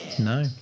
No